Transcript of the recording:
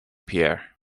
pierre